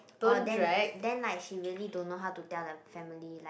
oh then then like she really don't know how to tell her family like